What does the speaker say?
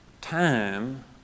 time